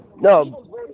no